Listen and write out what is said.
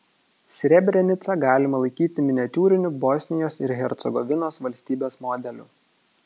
srebrenicą galima laikyti miniatiūriniu bosnijos ir hercegovinos valstybės modeliu